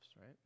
right